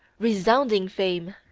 resounding fame!